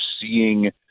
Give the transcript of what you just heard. seeing